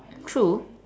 true